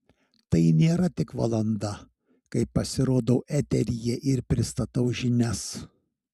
tai nėra tik valanda kai pasirodau eteryje ir pristatau žinias